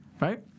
Right